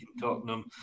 Tottenham